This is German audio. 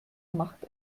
macht